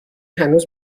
هنوز